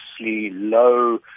low